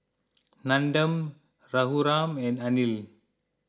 Nandan Raghuram and Anil